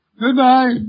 Goodbye